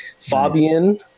fabian